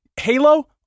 Halo